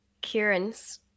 Kieran's